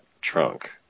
trunk